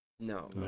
No